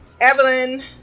Evelyn